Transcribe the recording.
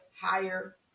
higher